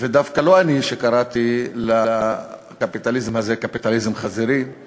ודווקא לא אני קראתי לקפיטליזם הזה "קפיטליזם חזירי";